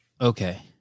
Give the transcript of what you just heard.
Okay